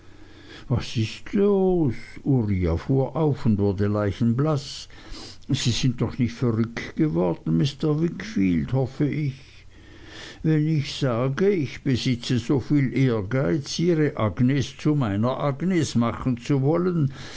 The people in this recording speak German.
was ist los uriah fuhr auf und wurde leichenblaß sie sind doch nicht verrückt geworden mr wickfield hoffe ich wenn ich sage ich besitze so viel ehrgeiz ihre agnes zu meiner agnes machen zu wollen